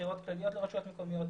לבחירות כלליות לרשויות המקומיות,